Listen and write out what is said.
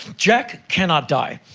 jack cannot die.